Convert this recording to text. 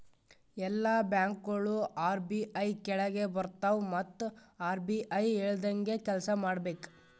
ಎಲ್ಲಾ ಬ್ಯಾಂಕ್ಗೋಳು ಆರ್.ಬಿ.ಐ ಕೆಳಾಗೆ ಬರ್ತವ್ ಮತ್ ಆರ್.ಬಿ.ಐ ಹೇಳ್ದಂಗೆ ಕೆಲ್ಸಾ ಮಾಡ್ಬೇಕ್